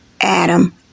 Adam